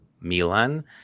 Milan